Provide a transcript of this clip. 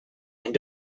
and